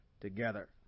together